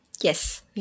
yes